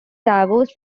divorced